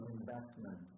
investment